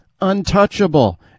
untouchable